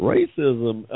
Racism